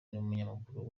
n’umunyamakuru